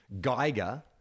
Geiger